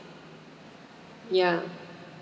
ya